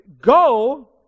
Go